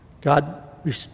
God